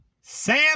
Sam